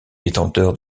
détenteur